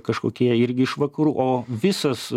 kažkokie irgi iš vakarų o visas